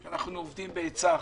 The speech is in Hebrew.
אנחנו עובדים בעצה אחת.